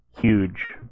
huge